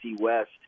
West